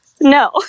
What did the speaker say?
No